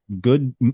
good